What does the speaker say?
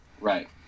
Right